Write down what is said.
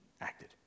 acted